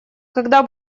когда